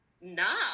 Nah